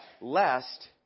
Lest